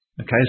Okay